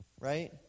Right